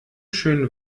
schönen